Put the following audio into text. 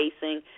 facing